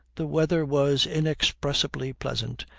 the weather was inexpressibly pleasant,